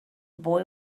boy